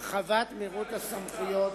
מה הקשר, הרחבת מירוץ הסמכויות,